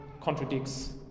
contradicts